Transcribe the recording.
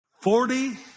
Forty